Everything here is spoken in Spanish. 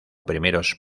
primeros